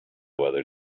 whether